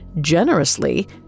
Generously